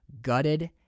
gutted